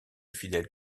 fidèles